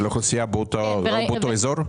של האוכלוסייה באותו אזור?